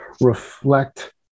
reflect